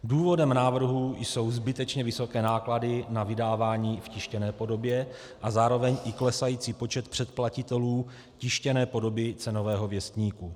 Důvodem návrhu jsou zbytečně vysoké náklady na vydávání v tištěné podobě a zároveň i klesající počet předplatitelů tištěné podoby Cenového věstníku.